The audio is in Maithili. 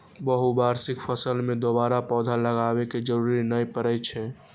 बहुवार्षिक फसल मे दोबारा पौधा लगाबै के जरूरत नै पड़ै छै